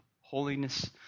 holiness